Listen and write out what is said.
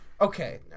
okay